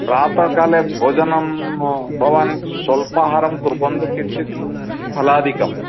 प्रातःकाले भोजनं भवान् स्वल्पाहारम् कुर्वन्तु किञ्चित् फलादिकम्